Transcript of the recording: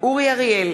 בהצבעה אורי אריאל,